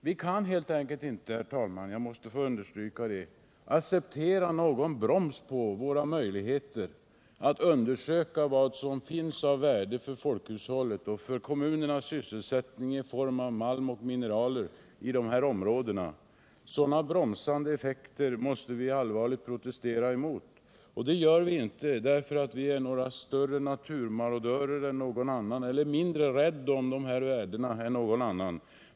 Vi kan helt enkelt inte, herr talman — jag måste få understryka det — acceptera någon broms på våra möjligheter att undersöka vad som finns av värde för folkhushållet och för kommunernas sysselsättning i form av mineral i de här områdena. Sådana bromsande effekter måste vi allvarligt protestera emot. Det gör vi inte för att vi är några större naturmarodörer eller mindre rädda om de här värdena än någon annan.